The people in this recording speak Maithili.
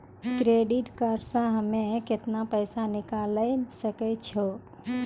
क्रेडिट कार्ड से हम्मे केतना पैसा निकाले सकै छौ?